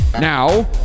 Now